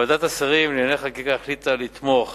ועדת השרים לענייני חקיקה החליטה לתמוך